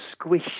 squished